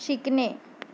शिकणे